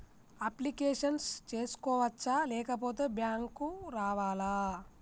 Application చేసుకోవచ్చా లేకపోతే bank రావాలా?